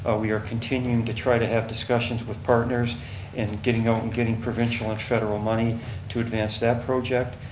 ah we are continuing to try to have discussions with partners and getting out and getting provincial and federal money to advance that project.